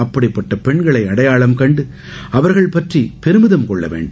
அப்படிப்பட்ட பெண்களை அடையாளம் கண்டு அவர்களை பற்றி பெருமிதம் கொள்ள வேண்டும்